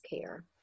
care